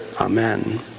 Amen